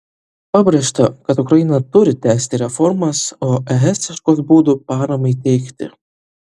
pabrėžta kad ukraina turi tęsti reformas o es ieškos būdų paramai teikti